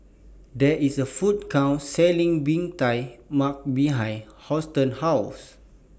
There IS A Food Court Selling Bee Tai Mak behind Houston's House